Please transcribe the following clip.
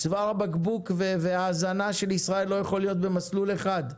צוואר הבקבוק וההזנה של ישראל לא יכולים להיות במסלול אחד.